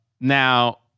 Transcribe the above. Now